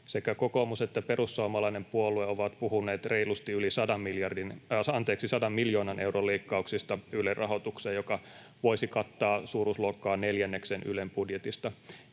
Sekä kokoomus että perussuomalainen puolue ovat puhuneet reilusti yli 100 miljoonan euron leikkauksista Ylen rahoitukseen, joka voisi kattaa suuruusluokaltaan neljänneksen Ylen budjetista.